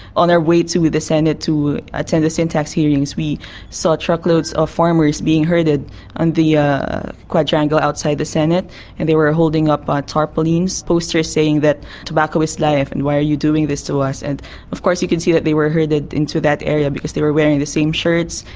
on our way to the senate to attend the sin tax hearings we saw truckloads of farmers being herded on the yeah quadrangle outside the senate and they were holding up tarpaulins, posters saying that tobacco is life and why are you doing this to us? and of course you could see that they were herded into that area because they were wearing the same shirts,